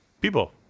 people